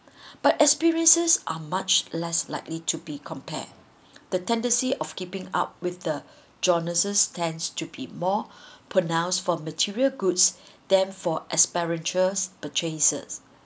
but experiences are much less likely to be compared the tendency of keeping up with the journalism tends to be more pronounced for material goods than for asparagus purchases